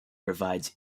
provides